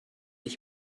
ich